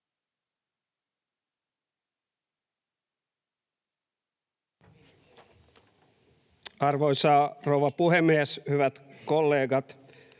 Arvoisa rouva puhemies! Hyvät kollegat!